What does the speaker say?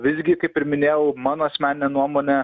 visgi kaip ir minėjau mano asmenine nuomone